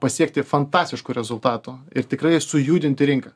pasiekti fantastiškų rezultatų ir tikrai sujudinti rinką